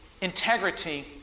Integrity